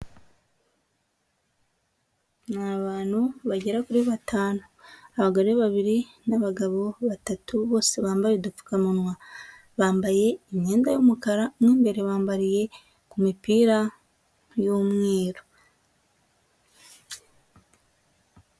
Ni abantu bagera kuri batanu abagore babiri n'abagabo batatu bose bambaye udupfukamunwa, bambaye imyenda y'umukara mu imbere bambariye ku mipira y'umweru.